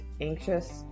anxious